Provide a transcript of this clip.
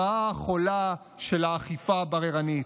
הרעה החולה של האכיפה הבררנית,